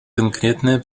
конкретное